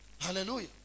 Hallelujah